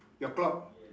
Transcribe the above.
ya clock